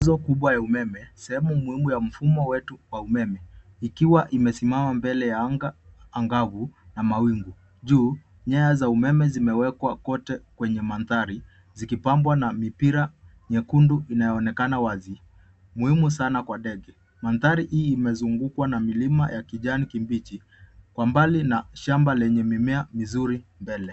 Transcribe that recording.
Nguzo kubwa ya umeme, sehemu kubwa mfumo wetu wa umeme, ikiwa imesimama mbele ya anga angavu na mawingu. Juu, nyaya za umeme zimewekwa kote kwenye mandhari zikipambwa na mipira nyekundu inayoonekana wazi muhimu sana kwa ndege. Mandhari hii imezungukwa na milima ya kijani kibichi kwa mbali na shamba lenye mimea mizuri mbele.